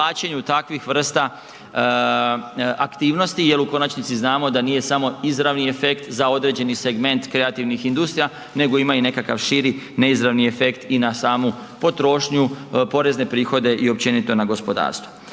takvih vrsta aktivnosti jel u konačnici znamo da nije samo izravni efekt za određeni segment kreativnih industrija nego ima i nekakav širi neizravni efekt i na samu potrošnju, porezne prihode i općenito na gospodarstvo.